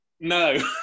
No